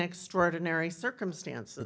extraordinary circumstance